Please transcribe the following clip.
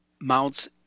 mounts